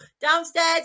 downstairs